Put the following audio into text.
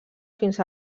fins